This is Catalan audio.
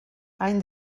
any